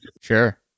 Sure